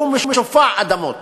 שהוא משופע אדמות,